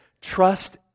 Trust